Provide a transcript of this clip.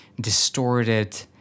distorted